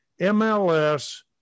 MLS